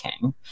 King